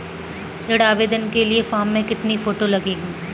ऋण आवेदन के फॉर्म में कितनी फोटो लगेंगी?